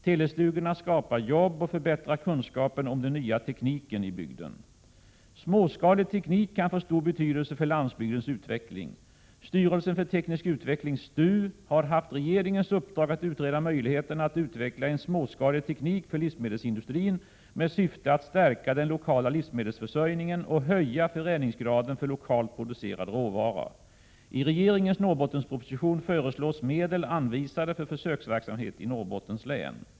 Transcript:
Telestugorna skapar jobb och förbättrar kunskapen om den nya tekniken i bygden. Småskalig teknik kan få stor betydelse för landsbygdens utveckling. Styrelsen för teknisk utveckling har haft regeringens uppdrag att utreda möjligheterna att utveckla en småskalig teknik för livsmedelsindustrin med syfte att stärka den lokala livsmedelsförsörjningen och höja förädlingsgraden för lokalt producerad råvara. I regeringens Norrbottensproposition föreslås medel anvisade för försöksverksamhet i Norrbottens län.